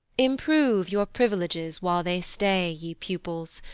improve your privileges while they stay, ye pupils,